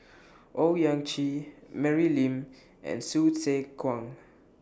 Owyang Chi Mary Lim and Hsu Tse Kwang